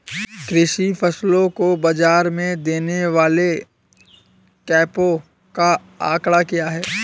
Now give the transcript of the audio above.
कृषि फसलों को बाज़ार में देने वाले कैंपों का आंकड़ा क्या है?